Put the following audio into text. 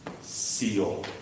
seal